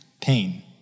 pain